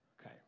Okay